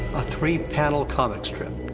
a three panel comic strip,